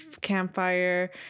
campfire